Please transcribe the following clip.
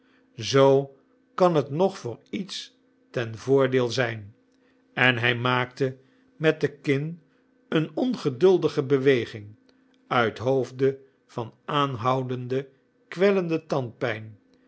zoo kan het nog voor iets ten voordeel zijn en hij maakte met de kin een ongeduldige beweging uithoofde van aanhoudende kwellende tandpijn